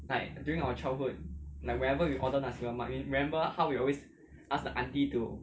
l